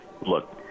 look